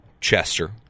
Chester